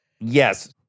Yes